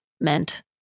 meant